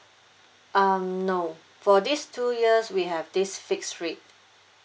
um no for these two years we have this fixed rate